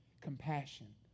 compassion